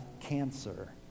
cancer